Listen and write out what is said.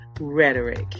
Rhetoric